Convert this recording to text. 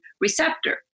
receptor